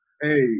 Hey